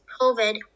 COVID